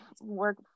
work